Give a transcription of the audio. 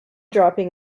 dropping